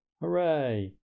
Hooray